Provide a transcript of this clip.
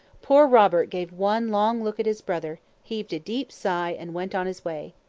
poor robert gave one long look at his brother, heaved a deep sigh, and went on his way.